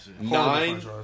Nine